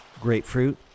grapefruit